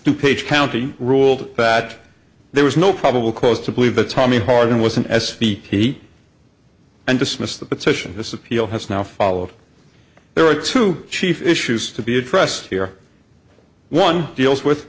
to page county ruled that there was no probable cause to believe that tommy hardin wasn't as speak heat and dismissed the petition his appeal has now followed there are two chief issues to be addressed here one deals with